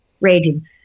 raging